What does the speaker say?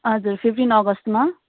हजुर फिफ्टिन अगस्टमा